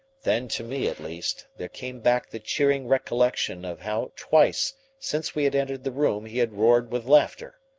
then to me, at least, there came back the cheering recollection of how twice since we had entered the room he had roared with laughter.